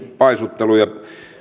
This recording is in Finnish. paisuttelu ja